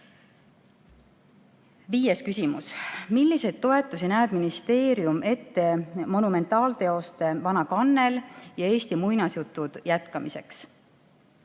Viies küsimus: "Milliseid toetusi näeb ministeerium ette monumentaalteoste "Vana kannel" ja "Eesti muinasjutud" jätkamiseks?"